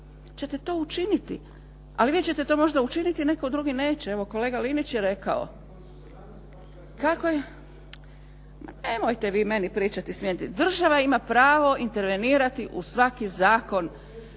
ćete to učiniti. Ali vi ćete to možda učiniti, netko drugi neće. Evo kolega Linić je rekao… … /Upadica se ne čuje./… Ma nemojte vi meni pričati. Država ima pravo intervenirati u svaki zakon.